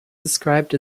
described